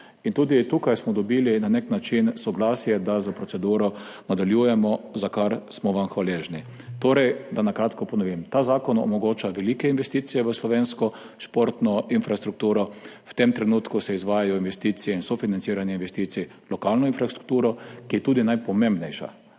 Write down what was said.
Tudi tukaj smo dobili na nek način soglasje, da nadaljujemo s proceduro, za kar smo vam hvaležni. Torej, da na kratko ponovim. Ta zakon omogoča velike investicije v slovensko športno infrastrukturo. V tem trenutku se izvajajo investicije in sofinanciranje investicij v lokalno infrastrukturo, ki je tudi najpomembnejša,